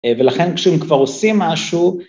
ולכן כשאם כבר עושים משהו...